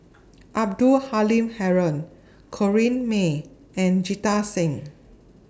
Abdul Halim Haron Corrinne May and Jita Singh